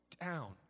down